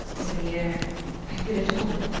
it's in the air i feel it comin'.